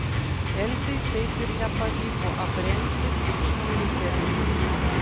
elzei taip ir nepavyko aprengti dičkių riteriais